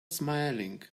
smiling